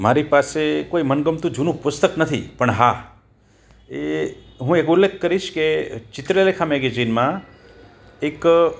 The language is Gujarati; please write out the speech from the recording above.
મારી પાસે કોઈ મનગમતું જૂનું પુસ્તક નથી પણ હા એ હું એક ઉલ્લેખ કરીશ કે ચિત્રલેખા મેગેઝીનમાં એક